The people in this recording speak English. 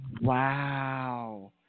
Wow